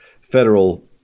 federal